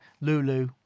Lulu